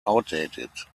outdated